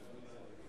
דליה.